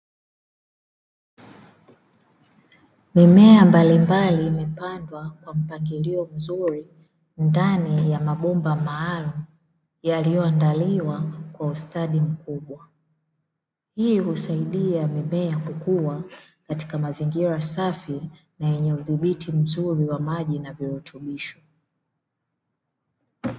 Mimea mbalimbali imepandwa kwa mpangilio mzuri ndani ya mabomba maalumu yaliyoandaliwa kwa ustadi mkubwa. Hii husaidia mimea kukua katika mazingira safi na yenye udhibiti mzuri wa maji na virutubisho.